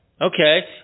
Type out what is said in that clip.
Okay